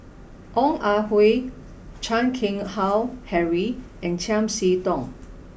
Ong Ah Hoi Chan Keng Howe Harry and Chiam See Tong